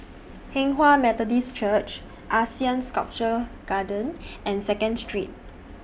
Hinghwa Methodist Church Asean Sculpture Garden and Second Street